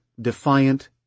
defiant